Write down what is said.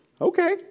Okay